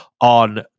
on